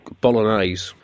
bolognese